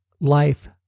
life